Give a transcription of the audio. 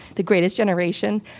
the greatest generation.